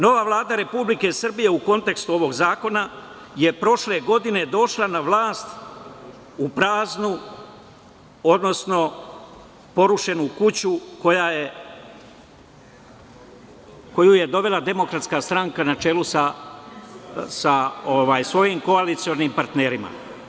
Nova Vlada Republike Srbije u kontekstu ovog zakona je prošle godine došla na vlast u praznu, odnosno porušenu kuću koju je dovela DS na čelu sa svojim koalicionim partnerima.